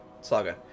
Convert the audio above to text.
Saga